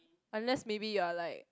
unless maybe you are like